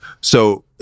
So-